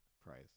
price